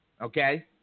Okay